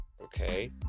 okay